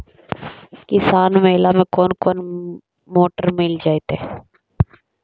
किसान मेला में कोन कोन मोटर मिल जैतै?